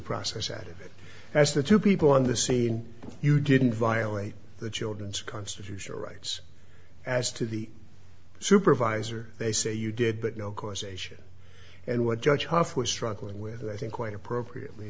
process at it as the two people on the scene you didn't violate the children's constitutional rights as to the supervisor they say you did but no causation and what judge hof was struggling with i think quite appropriately